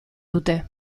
dute